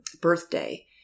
birthday